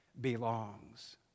belongs